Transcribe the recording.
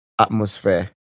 atmosphere